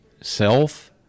self